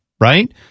right